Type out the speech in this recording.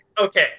okay